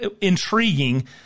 intriguing